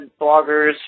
bloggers